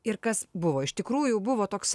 ir kas buvo iš tikrųjų buvo toks